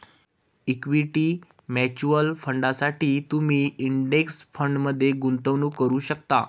equity mutual फंडांसाठी तुम्ही index फंडमध्ये गुंतवणूक करू शकता